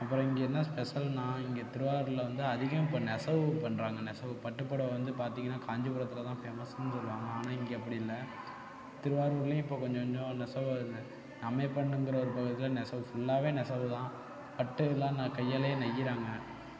அப்புறம் இங்கே என்ன ஸ்பெஷல்ன்னால் இங்கே திருவாரூரில் வந்து அதிகம் இப்போ நெசவு பண்ணுறாங்க நெசவு பட்டு புடவ வந்து பார்த்திங்கன்னா காஞ்சிபுரத்தில் தான் ஃபேமஸ்ஸுன்னு சொல்லுவாங்க ஆனால் இங்கே அப்படி இல்லை திருவாரூர்லேயும் இப்போ கொஞ்சம் கொஞ்சம் நெசவு அம்மையப்பன்ங்கிற ஒரு பக்கத்தில் நெசவு ஃபுல்லாகவே நெசவு தான் பட்டெலாம் அங்கே கையாலேயே நெய்கிறாங்க